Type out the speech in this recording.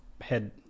head